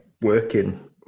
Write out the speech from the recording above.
working